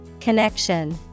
Connection